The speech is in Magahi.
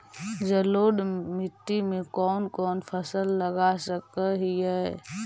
जलोढ़ मिट्टी में कौन कौन फसल लगा सक हिय?